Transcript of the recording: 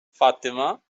fatima